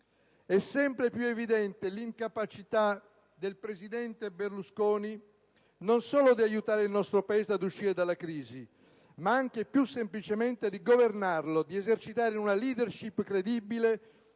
è sempre più evidente l'incapacità del presidente Berlusconi non solo di aiutare il nostro Paese ad uscire dalla crisi, ma anche più semplicemente di governarlo, di esercitare una *leadership* credibile,